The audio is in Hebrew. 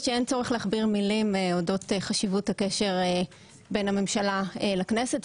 להכביר מילים אודות חשיבות הקשר בין הממשלה לכנסת,